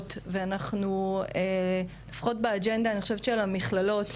אנחנו לא חשבנו שתהיה התנגדות מצד המכללות.